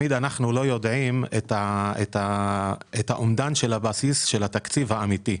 אנחנו לא יודעים מה אומדן הבסיס של התקציב האמיתי.